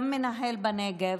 גם מנהל בנגב,